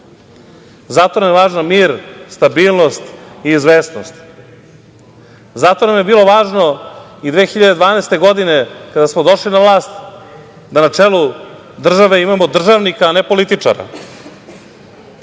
nam je važan mir, stabilnost i izvesnost. Zato nam je bilo važno i 2012. godine, kada smo došli na vlast, da na čelu države imamo državnika a ne političara,